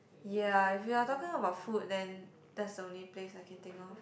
ya if you are talking about food then that's the only place I can think of